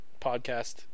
podcast